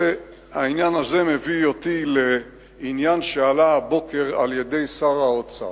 העניין הזה מביא אותי לעניין שהעלה הבוקר שר האוצר.